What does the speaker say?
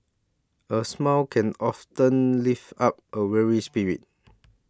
a smile can often lift up a weary spirit